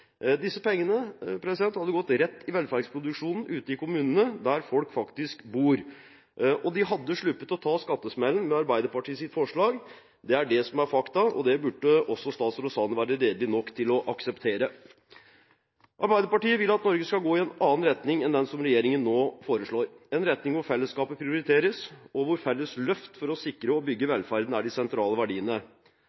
Disse pengene hadde gått rett i velferdsproduksjonen ute i kommunene der folk faktisk bor. De hadde sluppet å ta skattesmellen med Arbeiderpartiets forslag. Det er det som er fakta, og det burde også statsråd Sanner være redelig nok til å akseptere. Arbeiderpartiet vil at Norge skal gå i en annen retning enn den som regjeringen nå foreslår. Vi vil at Norge skal gå i en retning hvor fellesskapet prioriteres, og hvor felles løft for å sikre og bygge